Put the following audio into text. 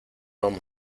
vamos